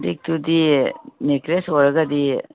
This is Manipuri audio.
ꯂꯤꯛꯇꯨꯗꯨ ꯅꯦꯀ꯭ꯂꯦꯁ ꯑꯣꯏꯔꯒꯗꯤ